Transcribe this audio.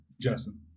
Justin